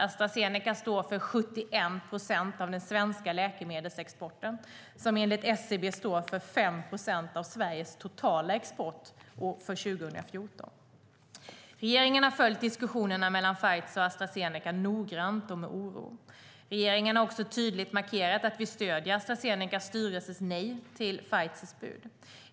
Astra Zeneca står för 71 procent av den svenska läkemedelsexporten som enligt SCB står för 5 procent av Sveriges totala export för 2014. Regeringen har följt diskussionerna mellan Pfizer och Astra Zeneca noggrant och med oro. Regeringen har också tydligt markerat att vi stöder Astra Zenecas styrelses nej till Pfizers bud.